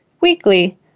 weekly